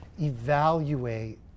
evaluate